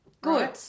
Good